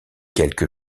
quelque